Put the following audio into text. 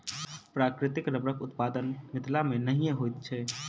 प्राकृतिक रबड़क उत्पादन मिथिला मे नहिये होइत छै